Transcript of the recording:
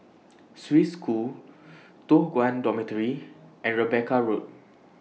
Swiss School Toh Guan Dormitory and Rebecca Road